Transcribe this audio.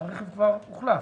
הרכב כבר הוחלף,